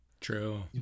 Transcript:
true